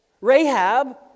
Rahab